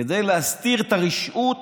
כדי להסתיר את הרשעות